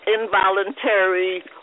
involuntary